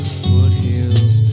foothills